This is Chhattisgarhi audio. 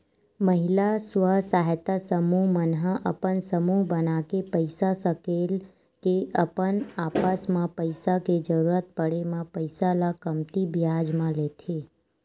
महिला स्व सहायता समूह मन ह अपन समूह बनाके पइसा सकेल के अपन आपस म पइसा के जरुरत पड़े म पइसा ल कमती बियाज म लेथे